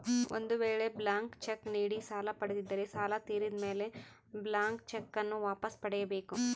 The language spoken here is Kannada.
ಒಂದು ವೇಳೆ ಬ್ಲಾಂಕ್ ಚೆಕ್ ನೀಡಿ ಸಾಲ ಪಡೆದಿದ್ದರೆ ಸಾಲ ತೀರಿದ ಮೇಲೆ ಬ್ಲಾಂತ್ ಚೆಕ್ ನ್ನು ವಾಪಸ್ ಪಡೆಯ ಬೇಕು